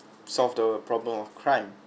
solve the problem of crime